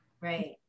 right